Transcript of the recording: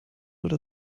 oder